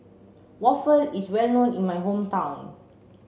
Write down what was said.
Waffle is well known in my hometown